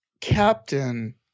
captain